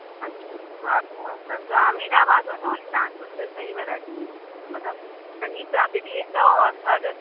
अच्छा हा हा त तव्हां अमीनाबाद वञो तव्हां खे उते सही वैराइटी मिली वेंदव मतिलबु चङी तरह मिली वेंदव और हर